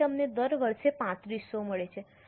તેથી તમને દર વર્ષે 3500 મળે છે